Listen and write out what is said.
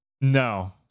No